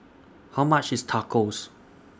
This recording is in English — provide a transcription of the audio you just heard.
How much IS Tacos